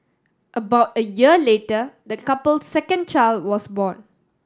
about a year later the couple's second child was born